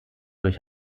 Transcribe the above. durch